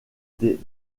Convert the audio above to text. des